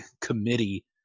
committee